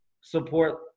support